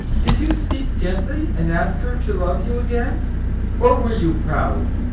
did you speak gently, and ask her to love you again or were you proud?